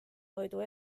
toidu